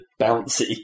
bouncy